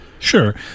sure